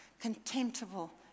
contemptible